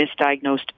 misdiagnosed